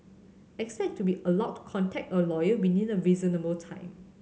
expect to be allowed to contact a lawyer within a reasonable time